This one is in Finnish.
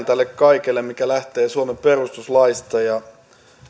tälle kaikelle sen pohjan joka lähtee suomen perustuslaista ja